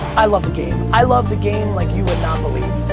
i love the game. i love the game like you would not believe.